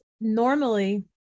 normally